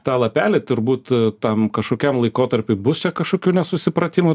tą lapelį turbūt tam kažkokiam laikotarpiui bus čia kažkokių nesusipratimų